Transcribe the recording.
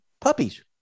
puppies